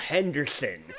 Henderson